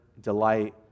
delight